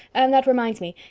and that reminds me.